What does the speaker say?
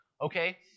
Okay